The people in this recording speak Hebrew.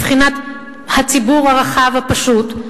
בבחינת הציבור הפשוט,